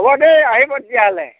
হ'ব দেই আহিব তেতিয়াহ'লে